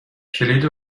کلید